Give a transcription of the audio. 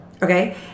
Okay